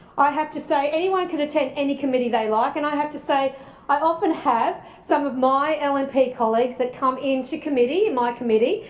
i have to say, anyone can attend any committee they like, and i have to say i often have some of my ah and lnp colleagues that come into committee, my committee,